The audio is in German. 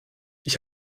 ich